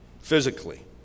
physically